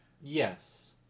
Yes